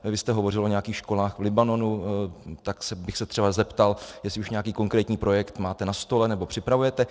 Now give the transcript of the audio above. Vy jste hovořil o nějakých školách v Libanonu, tak bych se třeba zeptal, jestli už nějaký konkrétní projekt máte na stole nebo připravujete.